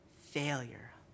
failure